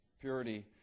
purity